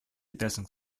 итәсең